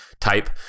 type